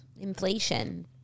Inflation